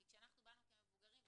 כי כשאנחנו באנו כמבוגרים ואמרנו,